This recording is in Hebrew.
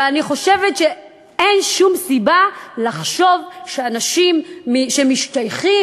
ואני חושבת שאין שום סיבה לחשוב שאנשים שמשתייכים